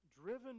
driven